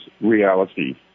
reality